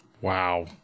Wow